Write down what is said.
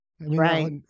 Right